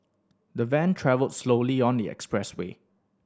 the van travelled slowly on the expressway